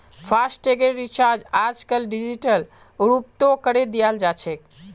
फासटैगेर recharge आजकल digital रूपतों करे दियाल जाछेक